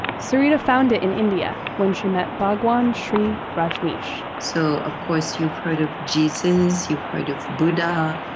sarita found it in india when she met bhagwan shree rajneesh so of course you've heard of jesus, you've heard of buddha.